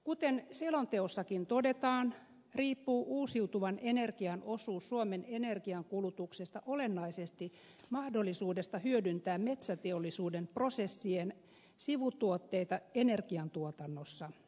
kuten selonteossakin todetaan riippuu uusiutuvan energian osuus suomen energiankulutuksesta olennaisesti mahdollisuudesta hyödyntää metsäteollisuuden prosessien sivutuotteita energiantuotannossa